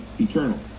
eternal